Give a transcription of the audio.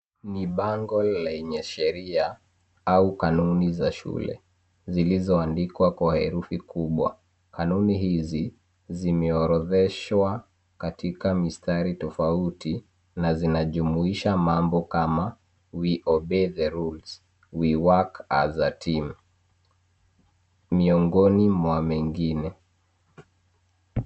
Ni bango la sheria au kanuni za shule zilizoandikwa kwa herufi kubwa. Kanuni hizi zimeorodheshwa kwa mistari tofauti na zinajumuisha misemo kama: “WE OBEY THE RULES.”, “WE WORK AS A TEAM.”